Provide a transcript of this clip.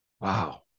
Wow